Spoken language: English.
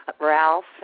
Ralph